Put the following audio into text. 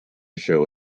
show